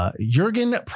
Jurgen